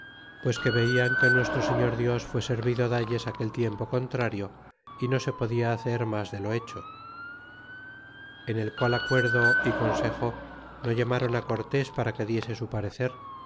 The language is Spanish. pues que veian que nuestro señor dios fué servido dalles aquel tiempo contrario no se podía hacer mas de lo hecho en el qual acuerdo y con sejo no llamaron é cortes para que diese su parecer